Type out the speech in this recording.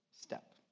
step